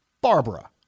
Barbara